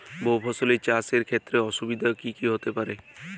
বহু ফসলী চাষ এর ক্ষেত্রে অসুবিধে কী কী হতে পারে?